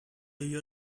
you